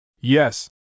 Yes